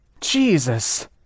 Jesus